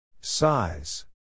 Size